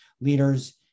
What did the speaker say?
leaders